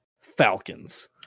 Falcons